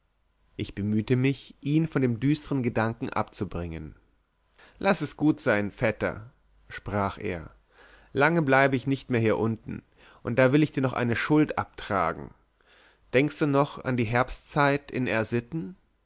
ich mühte mich ihn von dem düstern gedanken abzubringen laß es gut sein vetter sprach er lange bleibe ich nicht mehr hier unten und da will ich dir noch eine schuld abtragen denkst du noch an die herbstzeit in r sitten